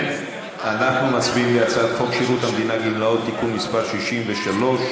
חברת הכנסת סויד,